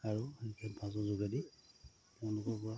আৰু এডভান্সৰ যোগেদি তেওঁলোকৰপৰা